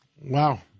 Wow